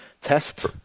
test